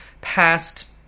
past